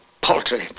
paltry